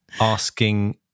asking